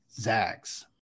Zags